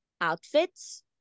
outfits